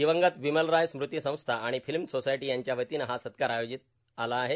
दिवंगत बिमल रॉय स्मृती संस्था आणि फिल्म सोसायटी यांच्या वतीनं हा सत्कार आयोजिण्यात आला आहे